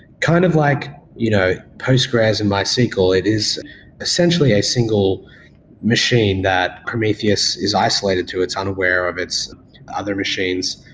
kind of like you know postgres and mysql, it is essentially a single machine that prometheus is isolated to. it's unaware of its other machines.